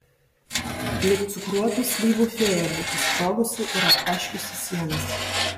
lyg cukruotų slyvų fėja būtų sprogusi ir aptaškiusi sienas